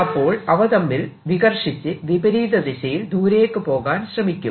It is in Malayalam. അപ്പോൾ അവ തമ്മിൽ വികർഷിച്ച് വിപരീത ദിശയിൽ ദൂരേക്ക് പോകാൻ ശ്രമിക്കും